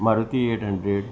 Maruti eight hundred